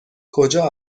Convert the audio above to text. کجا